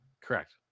Correct